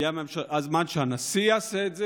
הגיע הזמן שהנשיא יעשה את זה,